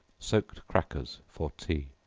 soaked crackers for tea.